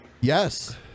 Yes